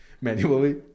Manually